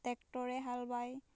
ট্ৰেক্টৰে হাল বায়